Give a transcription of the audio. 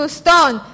stone